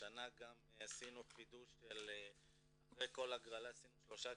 השנה גם עשינו חידוש, אחרי כל הגרלה עשינו שלושה